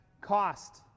cost